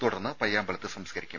തുടർന്ന് പയ്യാമ്പലത്ത് സംസ്ക്കരിക്കും